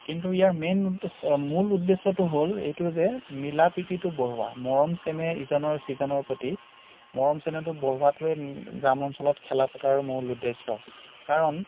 কিন্তু ইয়াৰ মেইন মূল উদেশ্যটো হ'ল এইটো যে মিলা প্ৰীতিটো বঢ়োৱা মৰম চেনেহ ইজনৰ সিজনৰ প্ৰতি মৰম চেনেহটো বঢ়োৱাটোৱে গ্ৰাম্যঞ্চলত খেলা পতাৰো মূল উদেশ্য কাৰণ